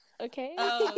okay